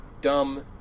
dumb